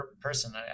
person